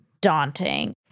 daunting